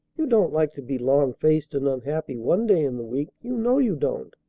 you don't like to be long-faced and unhappy one day in the week, you know you don't.